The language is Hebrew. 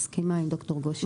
מסכימה עם ד"ר גושן.